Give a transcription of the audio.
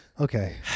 Okay